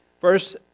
First